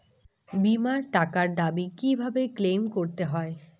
বিমার টাকার দাবি কিভাবে ক্লেইম করতে হয়?